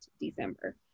december